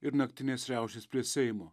ir naktinės riaušės prie seimo